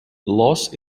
loss